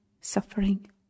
suffering